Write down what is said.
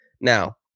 Now